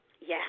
Yes